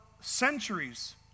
centuries